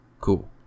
Cool